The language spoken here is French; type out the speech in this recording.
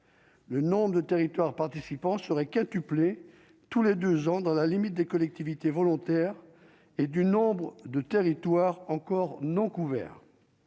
Le nom de territoires participants seraient quintuplés tous les 2 ans, dans la limite des collectivités volontaires et du nombre de territoire encore non couverts,